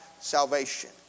salvation